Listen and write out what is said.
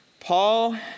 Paul